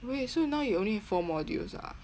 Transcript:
wait so now you only have four modules ah